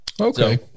Okay